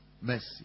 Mercy